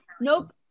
Nope